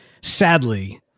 sadly